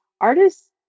artists